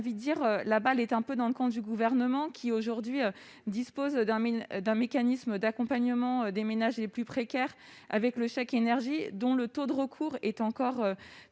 la balle est dans le camp du Gouvernement, lequel dispose d'un mécanisme d'accompagnement des ménages les plus précaires, le chèque énergie, dont le taux de recours est encore